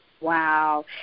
Wow